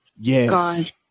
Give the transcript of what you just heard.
yes